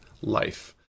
life